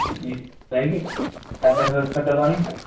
जी क्या क्या व्यवस्था करवानी है सर